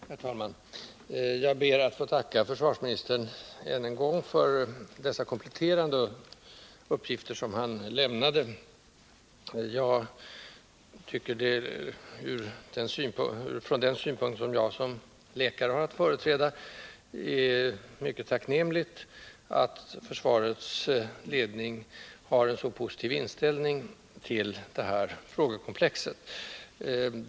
Herr talman! Jag ber att få tacka försvarsministern för de kompletterande uppgifter som han lämnade. Från den synpunkt som jag som läkare har att företräda är det mycket tacknämligt att försvarets ledning har en så positiv inställning till detta frågekomplex.